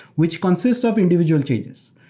which consists of individual changes.